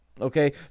okay